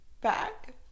Back